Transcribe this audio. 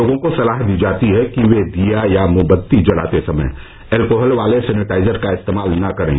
लोगों को सलाह दी जाती है कि वे दीया या मोमबत्ती जलाते समय एल्कोहल वाले सेनेटाइजर का इस्तेमाल न करें